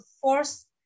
force